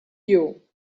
you